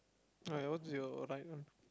alright what's your right one